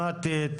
סטיגמתית.